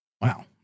Wow